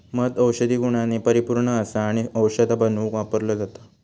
मध औषधी गुणांनी परिपुर्ण असा आणि औषधा बनवुक वापरलो जाता